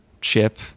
ship